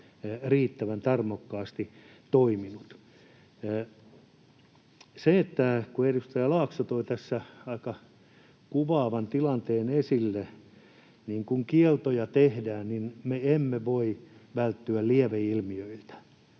riittävän tarmokkaasti toiminut. Edustaja Laakso toi tässä aika kuvaavan tilanteen esille, että kun kieltoja tehdään, niin me emme voi välttyä lieveilmiöiltä,